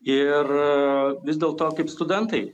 ir vis dėlto kaip studentai